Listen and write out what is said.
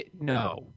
No